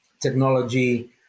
technology